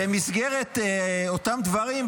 במסגרת אותם דברים,